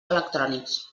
electrònics